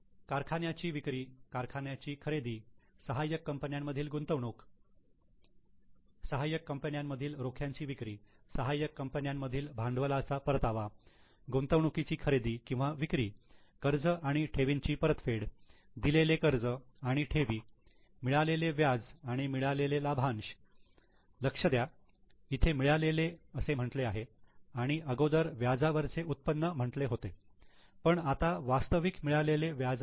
कारखान्याची विक्री कारखान्याची खरेदी सहाय्यक कंपन्यांमधील गुंतवणूक सहाय्यक कंपन्यांमधील रोख्यांची विक्री सहाय्यक कंपन्यांमधील भांडवलाचा परतावा गुंतवणुकीची खरेदी किंवा विक्री कर्ज आणि ठेवींची परतफेड दिलेले कर्ज आणि ठेवी मिळालेले व्याज आणि मिळालेले लाभांश लक्ष द्या इथे 'मिळालेले' असे म्हटले आहे आणि अगोदर व्याजावरचे उत्पन्न म्हटले होते पण आता वास्तविक मिळालेले व्याज आहे